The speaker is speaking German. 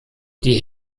die